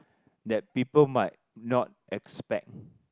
that people might not expect